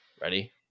ready